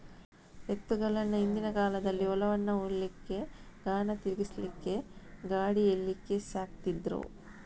ಎತ್ತುಗಳನ್ನ ಹಿಂದಿನ ಕಾಲದಲ್ಲಿ ಹೊಲವನ್ನ ಉಳ್ಲಿಕ್ಕೆ, ಗಾಣ ತಿರ್ಗಿಸ್ಲಿಕ್ಕೆ, ಗಾಡಿ ಎಳೀಲಿಕ್ಕೆ ಸಾಕ್ತಿದ್ರು